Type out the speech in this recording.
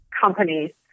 companies